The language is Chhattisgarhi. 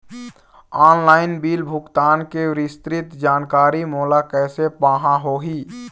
ऑनलाइन बिल भुगतान के विस्तृत जानकारी मोला कैसे पाहां होही?